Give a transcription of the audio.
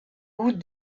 goût